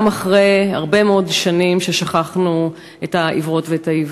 גם אחרי הרבה מאוד שנים ששכחנו את העיוורות ואת העיוורים.